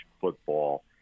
football